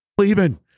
leaving